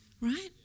right